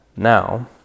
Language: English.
Now